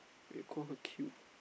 eh call her cute